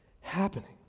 happening